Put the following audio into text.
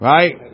Right